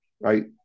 right